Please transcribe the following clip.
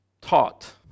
taught